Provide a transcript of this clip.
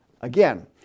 Again